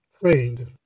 trained